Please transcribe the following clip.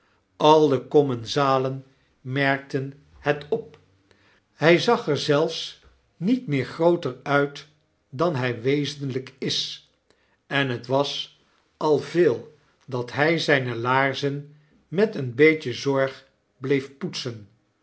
al de commensalen merkten het op hy zag er zelfs niets eens meer grooter uit dan hy wezenlijk is en het was al veel dat hy zijne laarzen meteen beetje